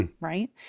right